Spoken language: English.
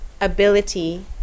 ability